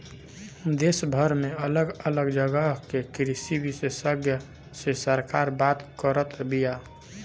देशभर में अलग अलग जगह के कृषि विशेषग्य से सरकार बात करत बिया